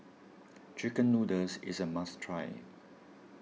Chicken Noodles is a must try